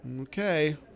Okay